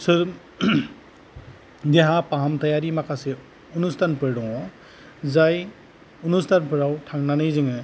सो देहा फाहामथायारि माखासे उनुस्तानफोर दङ जाय उनुस्तानफोराव थांनानै जोङो